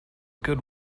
good